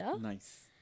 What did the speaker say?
Nice